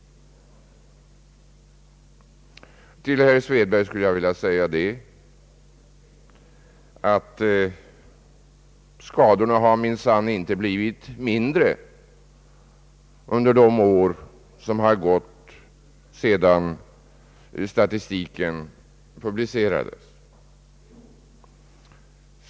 Till herr Svedberg skulle jag vilja säga att skadorna minsann inte blivit mindre under de år som har gått sedan statistiken publicerades.